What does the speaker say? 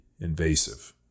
invasive